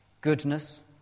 goodness